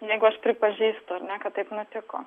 negu aš pripažįstu ar ne taip nutiko